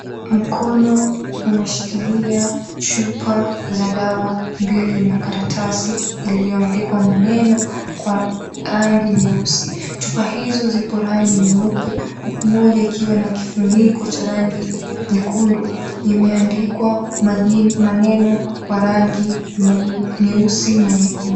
Mkono umeshikilia chupa za dawa mbili na karatasi iliyoandikwa maneno kwa rangi nyeusi. Chupa hizo ziko rangi nyeupe huku moja ikiwa na kufuniko cha rangi nyekundu, imeandikwa maneno kwa rangi nyeusi na nyekundu.